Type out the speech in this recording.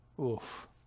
Oof